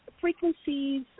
frequencies